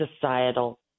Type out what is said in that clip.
societal